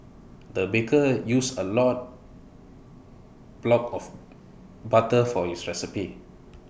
the baker used A lot block of butter for his recipe